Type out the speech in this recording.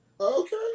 okay